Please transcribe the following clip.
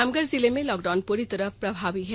रामगढ़ जिले मे लॉकडाउन पूरी तरह प्रभावी है